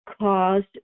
caused